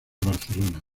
barcelona